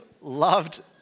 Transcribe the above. loved